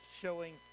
showing